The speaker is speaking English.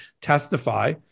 testify